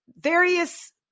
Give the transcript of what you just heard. various